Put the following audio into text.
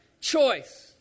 choice